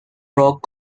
rock